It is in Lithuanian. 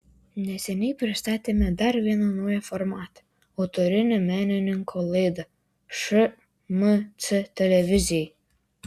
neseniai pristatėme dar vieną naują formatą autorinę menininko laidą šmc televizijai